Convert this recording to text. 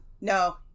No